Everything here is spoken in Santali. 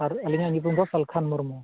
ᱟᱨ ᱟᱹᱞᱤᱧᱟᱜ ᱧᱩᱛᱩᱢ ᱫᱚ ᱥᱟᱞᱠᱷᱟᱱ ᱢᱩᱨᱢᱩ